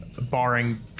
Barring